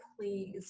please